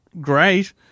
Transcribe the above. great